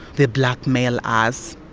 they blackmail us.